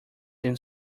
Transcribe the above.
than